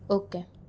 okay